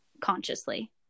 consciously